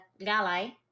Galai